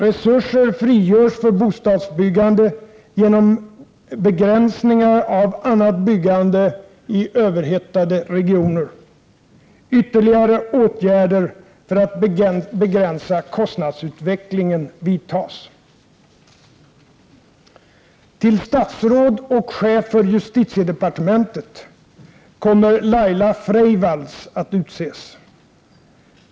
Resurser frigörs för bostadsbyggande genom begränsningar av annat byggande i överhettade regioner. Ytterligare åtgärder för att begränsa kostnadsutvecklingen vidtas. Till statsråd och chef för justitiedepartementet kommer Laila Freivalds att utses.